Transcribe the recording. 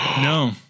No